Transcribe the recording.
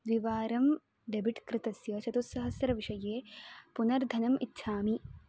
द्विवारं डेबिट् कृतस्य चतुस्सहस्रविषये पुनर्धनम् इच्छामि